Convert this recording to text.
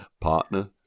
partner